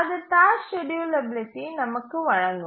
அது டாஸ்க் ஸ்கேட்யூலபிலிட்டியை நமக்கு வழங்கும்